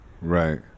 Right